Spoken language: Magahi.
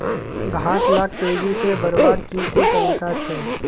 घास लाक तेजी से बढ़वार की की तरीका छे?